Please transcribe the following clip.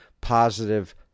positive